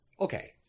okay